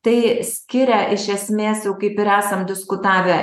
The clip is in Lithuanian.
tai skiria iš esmės jau kaip ir esam diskutavę